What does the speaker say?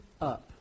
up